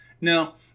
Now